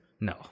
No